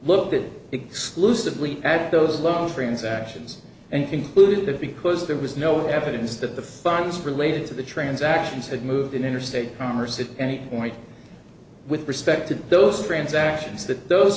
exclusively at those loans transactions and concluded that because there was no evidence that the funds related to the transactions had moved in interstate commerce in any point with respect to those transactions that those